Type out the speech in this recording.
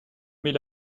mais